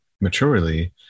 maturely